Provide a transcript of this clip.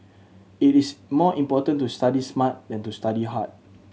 it is more important to study smart than to study hard